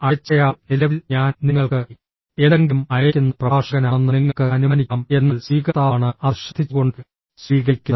അയച്ചയാൾ നിലവിൽ ഞാൻ നിങ്ങൾക്ക് എന്തെങ്കിലും അയയ്ക്കുന്ന പ്രഭാഷകനാണെന്ന് നിങ്ങൾക്ക് അനുമാനിക്കാം എന്നാൽ സ്വീകർത്താവാണ് അത് ശ്രദ്ധിച്ചുകൊണ്ട് സ്വീകരിക്കുന്നത്